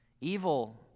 evil